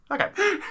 Okay